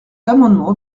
amendement